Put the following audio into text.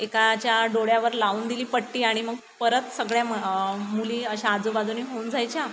एकाच्या डोळ्यावर लावून दिली पट्टी आणि मग परत सगळ्या म मुली अशा आजूबाजूने होऊन जायच्या